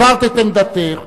הבהרת את עמדתך,